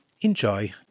Enjoy